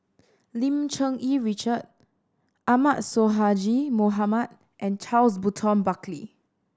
Lim Cherng Yih Richard Ahmad Sonhadji Mohamad and Charles Burton Buckley